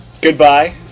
Goodbye